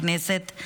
בכנסת.